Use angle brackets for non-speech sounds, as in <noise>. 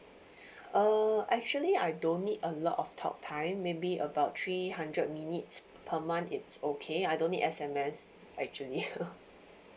uh actually I don't need a lot of talk time maybe about three hundred minutes per month it's okay I don't need S_M_S actually <laughs>